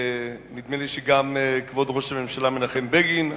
נדמה לי שגם כבוד ראש הממשלה מנחם בגין,